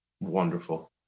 Wonderful